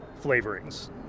flavorings